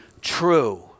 true